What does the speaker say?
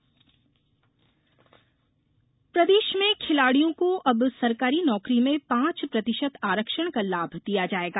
नौकरी आरक्षण प्रदेश में खिलाड़ियों को अब सरकारी नौकरी में पांच प्रतिशत आरक्षण का लाभ दिया जायेगा